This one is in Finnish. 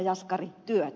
jaskari työtä